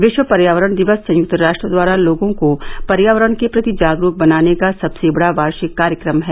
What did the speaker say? विश्व पर्यावरण दिवस संयक्त राष्ट्र द्वारा लोगों को पर्यावरण के प्रति जागरूक बनाने का सबसे बड़ा वार्षिक कार्यक्रम है